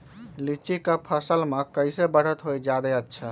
लिचि क फल म कईसे बढ़त होई जादे अच्छा?